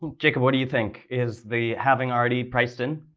um jacob, what do you think, is the halving already priced in?